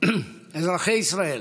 אזרחי ישראל,